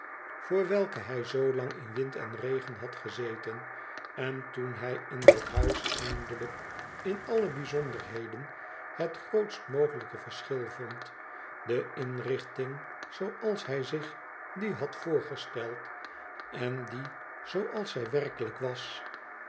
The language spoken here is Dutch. voor welke hij zoo lang in wind en regen had gezeten en toen hij in dat huis eindelijk in alle bijzonderheden het grootst mogelijke verschil vond de inrichting zooals hij zich die had voorgesteld en die zooals zij werkelijk was